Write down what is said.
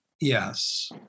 Yes